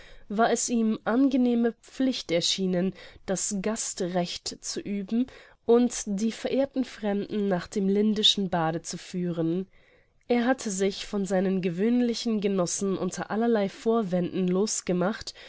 war es ihm angenehme pflicht erschienen das gastrecht zu üben und die verehrten fremden nach dem lindeschen bade zu führen er hatte sich von seinen gewöhnlichen genossen unter allerlei vorwänden losgemacht